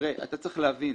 אתה צריך להבין: